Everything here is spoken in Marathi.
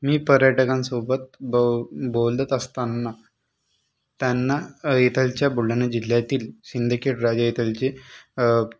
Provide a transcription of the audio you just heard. मी पर्यटकांसोबत बो बोलत असताना त्यांना येथलच्या बुलढाणा जिल्ह्यातील सिंदखेडराजे येथलचे